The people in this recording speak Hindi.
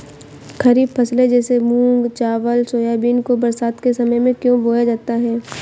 खरीफ फसले जैसे मूंग चावल सोयाबीन को बरसात के समय में क्यो बोया जाता है?